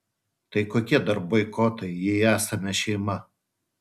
tai kokie dar boikotai jei esame šeima